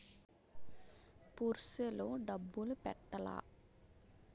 Purse లో డబ్బులు పెట్టలా?